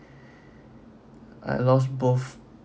I lost both